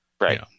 Right